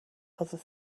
other